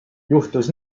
juhtus